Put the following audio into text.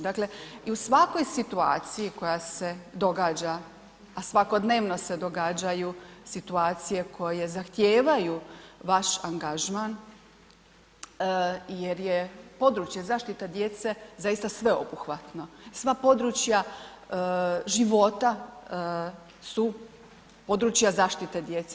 Dakle, i u svakoj situaciji koja se događa, a svakodnevno se događaju situacije koje zahtijevaju vaš angažman jer je područje zaštite djece zaista sveobuhvatno, sva područja života su područja zaštite djece.